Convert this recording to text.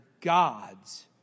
gods